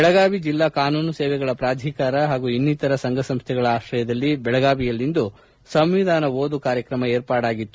ಬೆಳಗಾವಿ ಜಿಲ್ಲಾ ಕಾನೂನು ಸೇವೆಗಳ ಪ್ರಾಧಿಕಾರ ಹಾಗೂ ಇನ್ನಿತರ ಸಂಘ ಸಂಸ್ಥೆಗಳ ಆಶ್ರಯದಲ್ಲಿ ಬೆಳಗಾವಿಯಲ್ಲಿಂದು ಸಂವಿಧಾನ ಓದು ಕಾರ್ಯಕ್ರಮ ಏರ್ಪಡಾಗಿತ್ತು